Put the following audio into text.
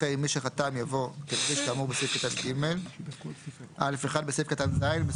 אחרי "מי שחתם" יבוא "כמגיש כאמור בסעיף קטן (ג)"; (א1) בסעיף קטן (ז) ,